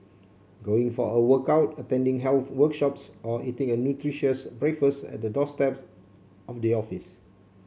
going for a workout attending health workshops or eating a nutritious breakfast at the doorsteps on the office